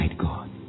God